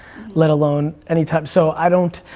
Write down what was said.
let alone anytime, so i don't,